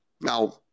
Now